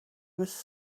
was